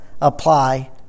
apply